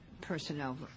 personnel